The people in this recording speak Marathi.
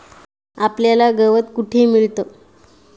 आपल्याला गवत कुठे मिळतं?